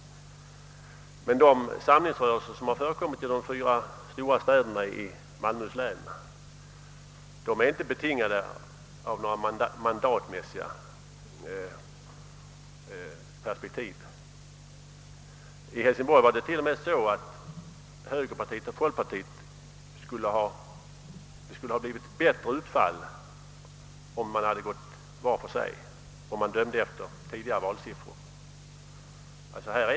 Men de samlingsrörelser som har förekommit i de fyra stora städerna i Malmöhus län är inte betingade av några mandatmässiga perspektiv. I Hälsingborg var det t.o.m. så att det för högerpartiet och folkpartiet skulle ha blivit ett bättre utfall, om man hade gått var för sig, om man dömde efter tidigare valsiffror.